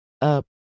Up